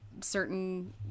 certain